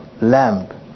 lamb